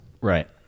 Right